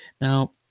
now